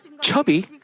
chubby